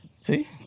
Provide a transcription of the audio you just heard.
See